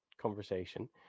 conversation